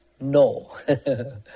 no